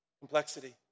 Complexity